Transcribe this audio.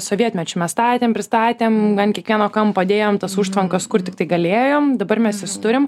sovietmečiu mes statėm pristatėm ant kiekvieno kampo dėjom tas užtvankas kur tiktai galėjom dabar mes jas turim